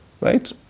right